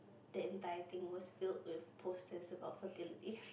the entire thing was filled with posters about fertility